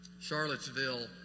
Charlottesville